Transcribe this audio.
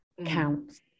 Counts